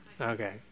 Okay